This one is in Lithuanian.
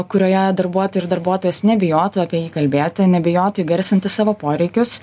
kurioje darbuotojai ir darbuotojos nebijotų apie jį kalbėti nebijotų įgarsinti savo poreikius